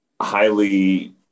highly